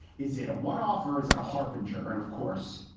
is it a one off or is it a harbinger? and of course,